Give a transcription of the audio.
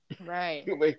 right